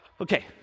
Okay